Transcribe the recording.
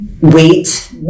weight